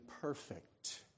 perfect